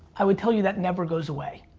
i would tell you that never goes away.